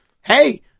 Hey